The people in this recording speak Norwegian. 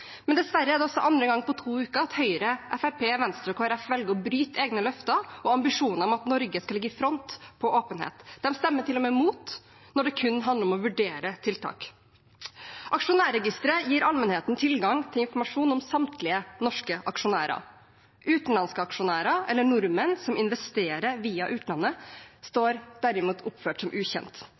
Men dessverre er det også andre gang på to uker at Høyre, Fremskrittspartiet, Venstre og Kristelig Folkeparti velger å bryte egne løfter og ambisjoner om at Norge skal ligge i front på åpenhet. De stemmer til og med imot når det kun handler om å vurdere tiltak. Aksjonærregisteret gir allmennheten tilgang til informasjon om samtlige norske aksjonærer. Utenlandske aksjonærer, eller nordmenn som investerer via utlandet, står derimot oppført som